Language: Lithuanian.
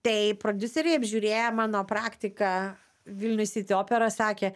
tai prodiuseriai apžiūrėję mano praktiką vilnius city opera sakė